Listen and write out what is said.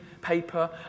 paper